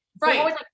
Right